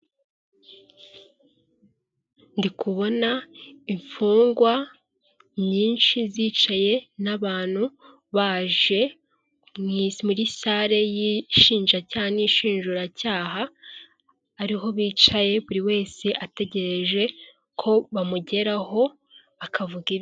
Ndikubona imfungwa nyinshi zicaye n'abantu baje muri sale y'ishinjacyaha n'ishinjuracyaha, ariho bicaye buri wese ategereje ko bamugeraho akavuga ibye.